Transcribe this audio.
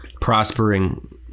prospering